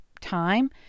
time